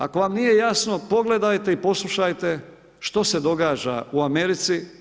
Ako vam nije jasno, pogledajte i poslušajte što se događa u Americi?